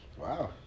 Wow